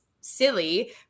silly